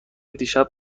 دیشب